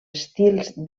estils